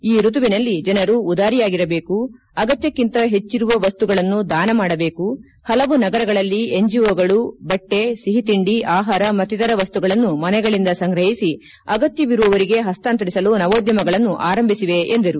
ಈ ಋತುವಿನಲ್ಲಿ ಜನರು ಉದಾರಿಯಾಗಿರಬೇಕು ಅಗತ್ತಕ್ಕಿಂತ ಹೆಚ್ಚರುವ ವಸ್ತುಗಳನ್ನು ದಾನ ಮಾಡಬೇಕು ಹಲವು ನಗರಗಳಲ್ಲಿ ಎನ್ಜಿಒಗಳು ಬಟ್ಲೆ ಸಿಹಿ ತಿಂಡಿ ಆಹಾರ ಮತ್ತಿತರ ವಸ್ತುಗಳನ್ನು ಮನೆಗಳಿಂದ ಸಂಗ್ರಹಿಸಿ ಅಗತ್ಯವಿರುವವರಿಗೆ ಹಸ್ತಾಂತರಿಸಲು ನವೋದ್ಯಮಗಳನ್ನು ಆರಂಭಿಸಿವೆ ಎಂದರು